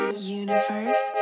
Universe